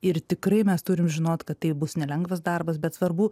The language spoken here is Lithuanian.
ir tikrai mes turim žinot kad tai bus nelengvas darbas bet svarbu